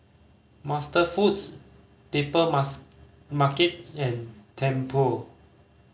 MasterFoods Papermars Market and Tempur